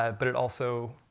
um but it also